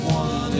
one